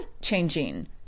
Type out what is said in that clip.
changing